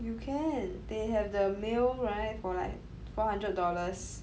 you can they have the meal right for like four hundred dollars